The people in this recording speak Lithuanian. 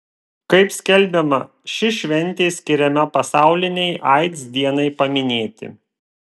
kaip skelbiama ši šventė skiriama pasaulinei aids dienai paminėti